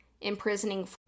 imprisoning